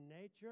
nature